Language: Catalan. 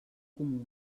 comú